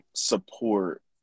support